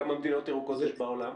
כמה מדינות ירוקות יש בעולם?